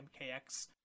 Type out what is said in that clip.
MKX